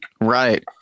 Right